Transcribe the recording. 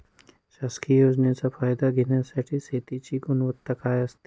शासकीय योजनेचा फायदा घेण्यासाठी शेतीची गुणवत्ता काय असते?